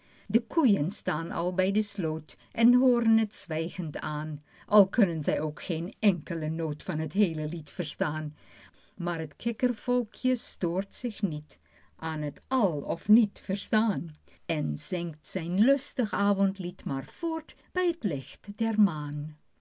de koeien staan al bij de sloot en hooren t zwijgend aan al kunnen ze ook geene enkle noot van t heele lied verstaan pieter louwerse alles zingt maar t kikkervolkje stoort zich niet aan t al of niet verstaan en zingt zijn lustig avondlied maar voort bij t licht der maan